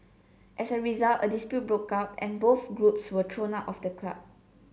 as a result a dispute broke out and both groups were thrown out of the club